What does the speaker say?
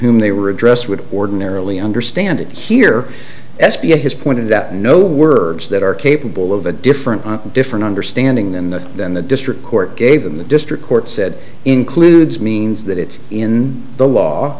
whom they were addressed would ordinarily understand it here s b s has pointed out no words that are capable of a different on different understanding than that than the district court gave them the district court said includes means that it's in the law